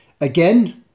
Again